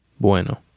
Bueno